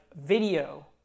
video